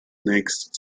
next